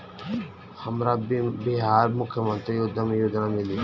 हमरा बिहार मुख्यमंत्री उद्यमी योजना मिली?